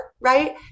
right